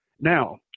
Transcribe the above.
Now